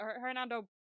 Hernando